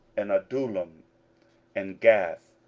and adullam and gath,